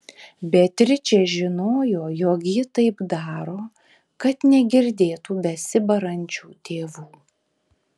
beatričė žinojo jog ji taip daro kad negirdėtų besibarančių tėvų